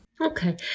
Okay